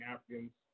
Africans